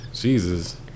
Jesus